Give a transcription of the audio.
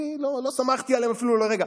לא סמכתי עליהם אפילו לרגע,